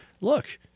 look